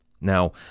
Now